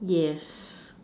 yes